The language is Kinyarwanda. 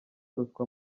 ruswa